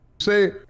say